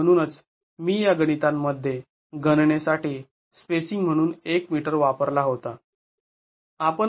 आणि म्हणूनच मी या गणितांमध्ये गणनेसाठी स्पेसिंग म्हणून १ मीटर वापरला होता